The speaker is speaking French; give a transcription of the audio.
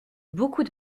beaucoup